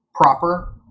Proper